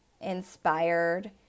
inspired